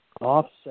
offset